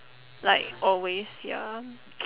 like always ya